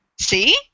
See